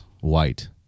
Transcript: white